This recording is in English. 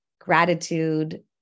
gratitude